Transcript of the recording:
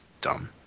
dumb